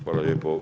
Hvala lijepo.